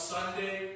Sunday